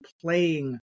playing